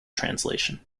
translation